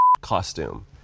costume